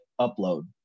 upload